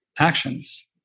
Actions